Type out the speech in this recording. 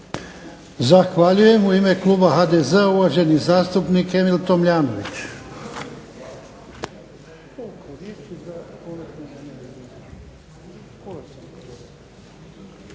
Zahvaljujem. U ime kluba HDZ-a uvaženi zastupnik Emil Tomljanović.